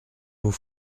vous